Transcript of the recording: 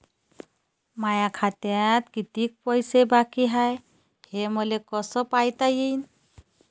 माया खात्यात कितीक पैसे बाकी हाय हे मले कस पायता येईन?